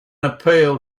appeal